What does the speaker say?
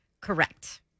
Correct